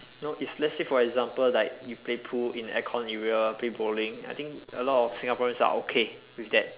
you know if let's say for example like you play pool in an aircon area play bowling I think a lot of Singaporeans are okay with that